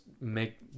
make